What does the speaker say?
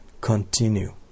continue